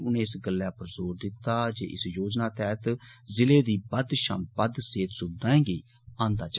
उनें इस गल्लै पर जोर दित्ता जे इस योजना तैह्त जिले दी बद्द शा बद्द सेहत सुविधाएं गी आंदा जा